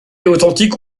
authentique